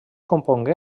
compongué